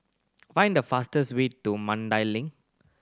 find the fastest way to Mandai Link